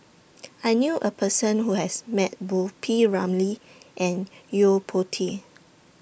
I knew A Person Who has Met Both P Ramlee and Yo Po Tee